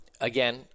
again